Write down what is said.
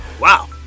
Wow